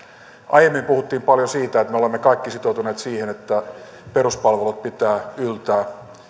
aiemmin puhuttiin paljon siitä että me olemme kaikki sitoutuneet siihen että peruspalveluiden pitää yltää